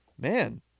Man